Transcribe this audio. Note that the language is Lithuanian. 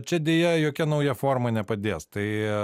čia deja jokia nauja forma nepadės tai